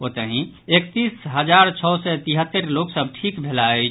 ओतहि एकतीस हजार छओ सय तिहत्तरि लोक सभ ठीक भेलाह अछि